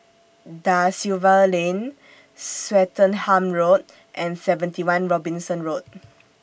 DA Silva Lane Swettenham Road and seventy one Robinson Road